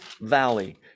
valley